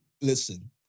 Listen